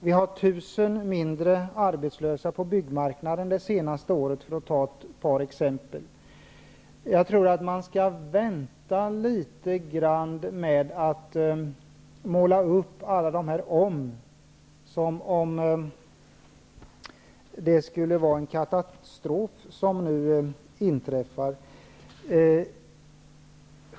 Där finns 1 000 färre arbetslösa på byggmarknaden det senaste året, osv. Man skall vänta litet grand med att måla upp alla dessa ''om'', som om det skulle vara en katastrof som skall inträffa.